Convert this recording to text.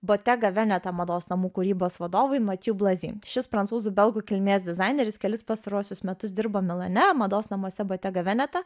botega veneta mados namų kūrybos vadovui matju blazi šis prancūzų belgų kilmės dizaineris kelis pastaruosius metus dirbo milane mados namuose batega veneta